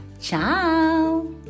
Ciao